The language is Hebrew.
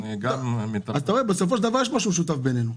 אתה רואה, בסוף יש משהו משותף בינינו.